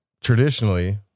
traditionally